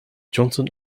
johnson